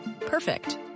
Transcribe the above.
Perfect